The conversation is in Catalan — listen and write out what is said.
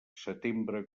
setembre